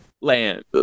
land